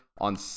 on